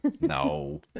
No